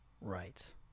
Right